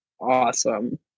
awesome